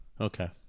Okay